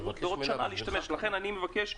לכן אני מבקש,